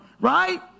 Right